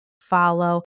follow